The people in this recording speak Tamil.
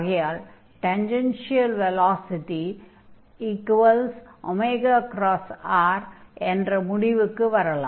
ஆகையால் டான்ஜன்ஷியல் வெலாசிடி r என்ற முடிவுக்கு வரலாம்